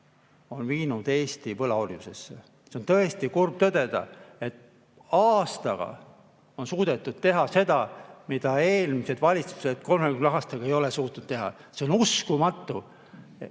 on viinud Eesti võlaorjusesse. On tõesti kurb tõdeda, et aastaga on suudetud teha seda, mida eelmised valitsused kolmekümne aastaga ei ole suutnud teha. See on uskumatu!